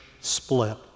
split